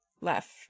left